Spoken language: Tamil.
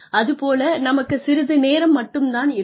அது போல நமக்குச் சிறிது நேரம் மட்டும் தான் இருக்கும்